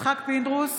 יצחק פינדרוס,